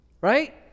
right